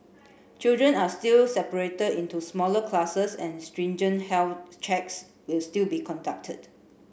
children are still separated into smaller classes and stringent health checks will still be conducted